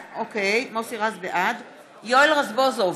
בעד יואל רזבוזוב,